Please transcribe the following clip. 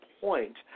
point